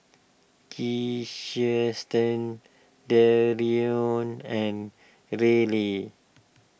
Kiersten Dereon and Ryley